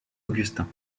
augustin